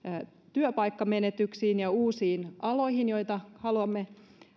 työpaikkamenetyksiin ja uusiin aloihin joita haluamme vielä